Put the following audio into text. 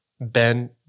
Ben